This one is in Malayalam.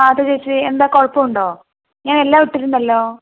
ആ അതെ ചേച്ചി എന്താണ് കുഴപ്പമുണ്ടോ ഞാൻ എല്ലാം ഇട്ടിട്ടുണ്ടല്ലോ